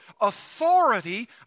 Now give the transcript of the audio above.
authority